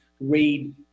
read